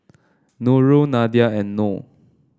Nurul Nadia and Noh